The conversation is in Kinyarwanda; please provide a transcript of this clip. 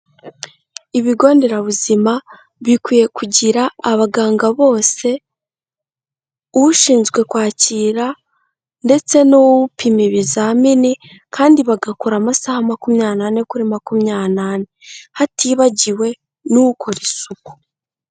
Ibigonderabuzima bikwiye kugira abaganga bose, ushinzwe kwakira ndetse n'upima ibizamini kandi bagakora amasaha makumyabiri n'ane kuri makumyabiri n'ane. Hatibagiwe n'ukora isuku.